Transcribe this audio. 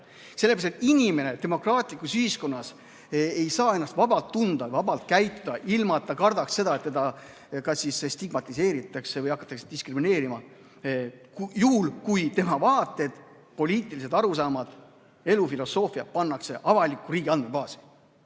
inimene ei saa demokraatlikus ühiskonnas ennast vabalt tunda, vabalt käituda, ilma kartmata, et teda kas siis stigmatiseeritakse või hakatakse diskrimineerima, juhul kui tema vaated, poliitilised arusaamad, elufilosoofia pannakse avalikku riigi andmebaasi.